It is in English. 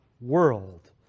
world